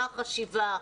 מה החשיבה.